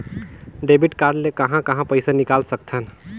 Debit card ले कहां कहां पइसा निकाल सकथन?